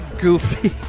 goofy